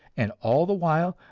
and all the while,